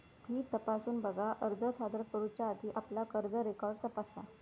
fee तपासून बघा, अर्ज सादर करुच्या आधी आपला कर्ज रेकॉर्ड तपासा